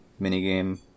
minigame